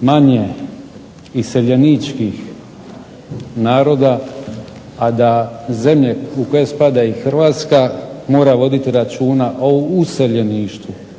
manje iseljeničkih naroda, a da zemlje u koje spada i Hrvatska moraju voditi računa o useljeništvu.